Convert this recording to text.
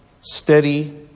steady